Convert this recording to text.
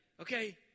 okay